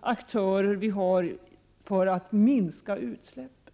aktörer i syfte att minska utsläppen.